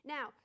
Now